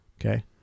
Okay